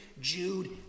Jude